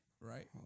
right